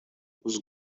was